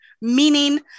meaning